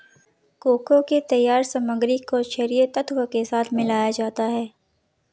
cocoa के तैयार सामग्री को छरिये तत्व के साथ मिलाया जाता है